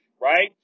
right